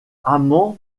amand